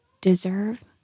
deserve